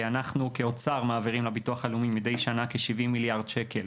אנחנו מעבירים לביטוח הלאומי מדי שנה כ-70 מיליארד שקל